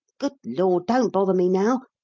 good lord, don't bother me now!